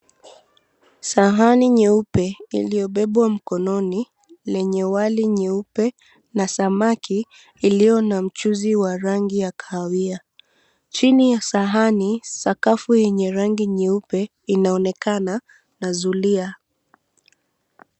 Sahani nyeupe iliyobebwa mkononi lenye wali nyeupe na samaki iliyo na mchuzi wa rangi ya kahawia. Chini ya sahani sakafu yenye rangi nyeupe inaonakana na zulia.